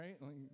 right